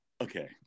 okay